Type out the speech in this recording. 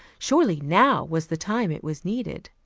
surely now was the time it was needed.